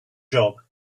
job